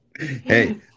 Hey